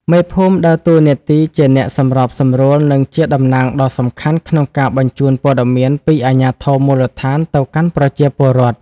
មេភូមិដើរតួនាទីជាអ្នកសម្របសម្រួល និងជាតំណាងដ៏សំខាន់ក្នុងការបញ្ជូនព័ត៌មានពីអាជ្ញាធរមូលដ្ឋានទៅកាន់ប្រជាពលរដ្ឋ។